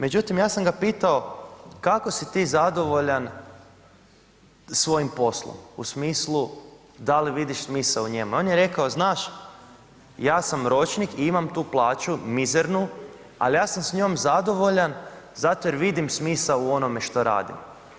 Međutim ja sam ga pitao kako si ti zadovoljan svojim poslom u smislu da li vidiš smisao u njemu, on je rekao znaš, ja sam ročnik i imam tu plaću mizernu ali ja sam s njom zadovoljan zato jer vidim smisao u onome što radimo.